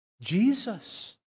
Jesus